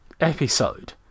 episode